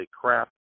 crap